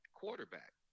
quarterback